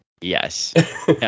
Yes